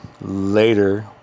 Later